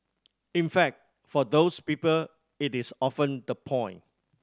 in fact for those people it is often the point